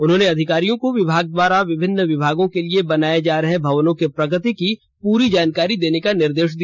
उन्होंने अधिकारियों को विभाग द्वारा विभिन्न विभागों के लिए बनाए जा रहे भवनों के प्रगति की पूरी जानकारी देने का निर्देश दिया